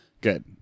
good